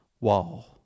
wall